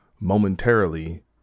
momentarily